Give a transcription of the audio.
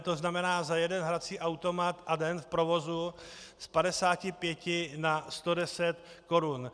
To znamená za jeden hrací automat a den v provozu z 55 na 110 korun.